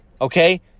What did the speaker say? Okay